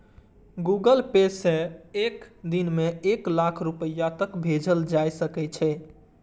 Google Pay सं एक दिन मे एक लाख रुपैया तक भेजल जा सकै छै